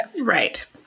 Right